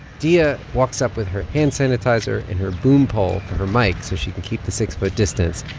diaa ah walks up with her hand sanitizer and her boom pole for her mic so she can keep the six foot distance.